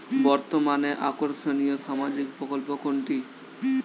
বর্তমানে আকর্ষনিয় সামাজিক প্রকল্প কোনটি?